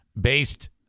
based